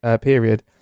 period